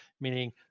meaning